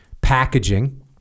packaging